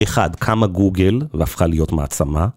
אחד, קמה גוגל והפכה להיות מעצמה.